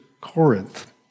Corinth